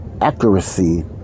accuracy